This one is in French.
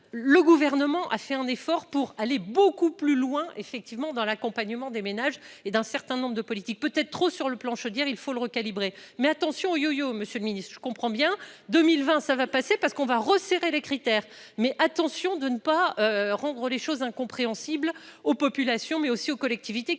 le gouvernement a fait un effort pour aller beaucoup plus loin, effectivement dans l'accompagnement des ménages et d'un certain nombre de politiques, peut-être trop sur le plan, je veux dire, il faut l'recalibrer mais attention yo-yo Monsieur le Ministre, je comprends bien, 2020, ça va passer parce qu'on va resserrer les critères, mais attention de ne pas rendre les choses incompréhensibles aux populations mais aussi aux collectivités